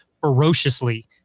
ferociously